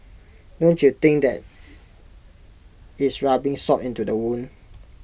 don't you think that is rubbing salt into the wound